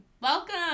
welcome